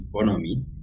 economy